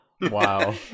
Wow